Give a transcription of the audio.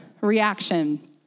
reaction